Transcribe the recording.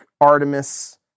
Artemis